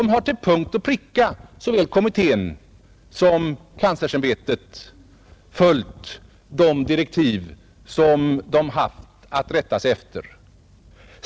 Såväl kommittén som kanslersämbetet har till punkt och pricka följt de direktiv de haft att rätta sig efter.